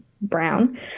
brown